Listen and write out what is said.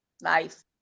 life